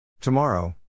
Tomorrow